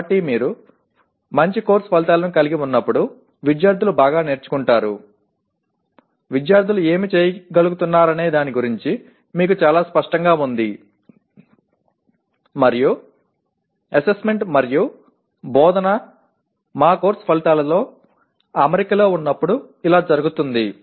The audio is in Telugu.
కాబట్టి మీరు మంచి కోర్సు ఫలితాలను కలిగి ఉన్నప్పుడు విద్యార్థులు బాగా నేర్చుకుంటారు విద్యార్థులు ఏమి చేయగలుగుతారనే దాని గురించి మీకు చాలా స్పష్టంగా ఉంది మరియు అస్సెస్మెంట్ మరియు బోధన మా కోర్సు ఫలితాలతో అమరికలో ఉన్నప్పుడు ఇలా జరుగుతుంది